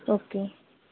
okay